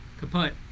kaput